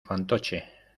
fantoche